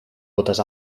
botes